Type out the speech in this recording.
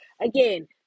again